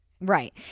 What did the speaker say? Right